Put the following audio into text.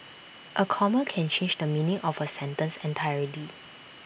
A comma can change the meaning of A sentence entirely